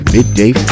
Midday